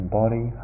body